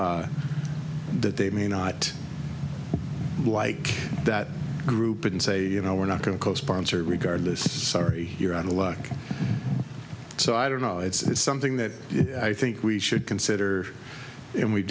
whatever that they may not like that group and say you know we're not going to co sponsor regardless sorry you're out of luck so i don't know it's something that i think we should consider and we've